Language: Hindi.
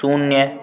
शून्य